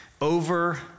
Over